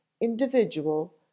individual